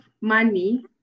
money